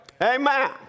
Amen